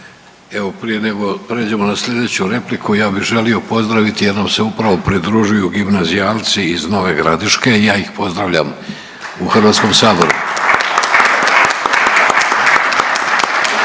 Evo prije nego prijeđemo na slijedeću repliku ja bi želio pozdraviti jer nam se upravo pridružuju gimnazijalci iz Nove Gradiške i ja ih pozdravljam u HS…/Pljesak/….